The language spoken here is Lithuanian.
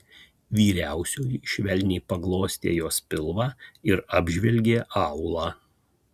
vyriausioji švelniai paglostė jos pilvą ir apžvelgė aulą